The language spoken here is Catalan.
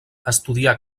estudià